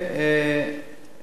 בבקשה.